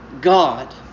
God